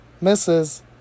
misses